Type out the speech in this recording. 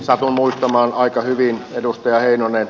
satun muistamaan aika hyvin edustaja heinonen